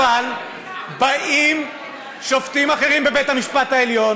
אבל באים שופטים אחרים בבית-המשפט העליון